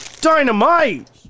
dynamite